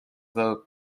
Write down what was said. though